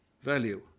value